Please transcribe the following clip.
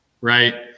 right